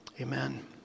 amen